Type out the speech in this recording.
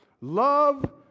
Love